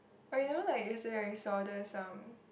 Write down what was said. okay you know like yesterday I saw there some